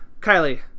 Kylie